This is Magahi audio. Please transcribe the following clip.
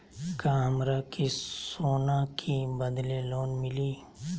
का हमरा के सोना के बदले लोन मिलि?